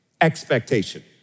expectation